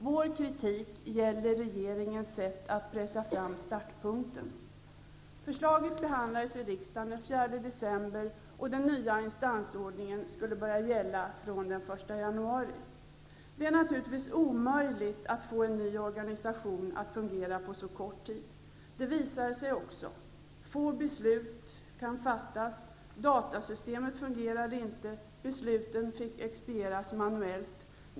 Vår kritik gäller regeringens sätt att pressa fram startpunkten. Förslaget behandlades i riksdagen den 4 december, och den nya instansordningen skulle börja gälla från den 1 januari. Det är naturligtvis omöjligt att få en ny organisation att fungera på så kort tid. Det visade sig också. Få beslut kunde fattas. Datasystemet fungerade inte. Besluten fick expedieras manuellt.